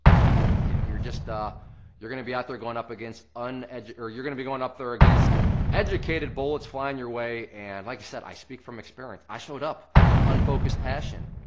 yeah yeah, you're just ah gonna be out there going up against uneducated, you're gonna be going up there against educated bullets flying your way, and like i said, i speak from experience. i showed up with unfocused passion.